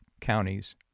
counties